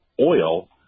oil